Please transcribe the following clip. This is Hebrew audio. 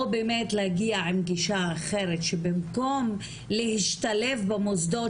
או באמת להגיע עם גישה אחרת - שבמקום להשתלב במוסדות